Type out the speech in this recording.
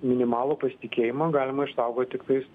minimalų pasitikėjimą galima išsaugot tiktais